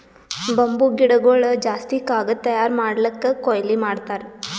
bamboo ಗಿಡಗೊಳ್ ಜಾಸ್ತಿ ಕಾಗದ್ ತಯಾರ್ ಮಾಡ್ಲಕ್ಕೆ ಕೊಯ್ಲಿ ಮಾಡ್ತಾರ್